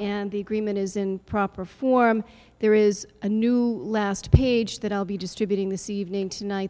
and the agreement is in proper form there is a new last page that i'll be distributing this evening tonight